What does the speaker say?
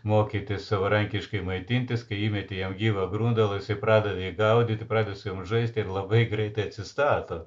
mokytis savarankiškai maitintis kai įmeti jam gyvą grudalą jisai pradeda jį gaudyti pradeda su juom žaisti ir labai greitai atsistato